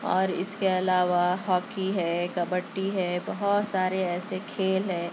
اور اِس کے علاوہ ہاکی ہے کبڈی ہے بہت سارے ایسے کھیل ہیں